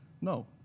No